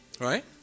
Right